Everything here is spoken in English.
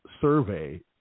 survey